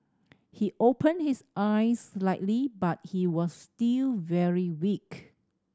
he opened his eyes slightly but he was still very weak